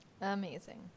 Amazing